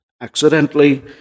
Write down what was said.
accidentally